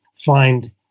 find